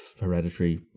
hereditary